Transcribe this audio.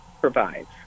provides